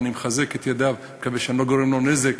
ואני מחזק את ידיו, מקווה שאני לא גורם לו נזק,